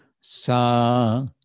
Sa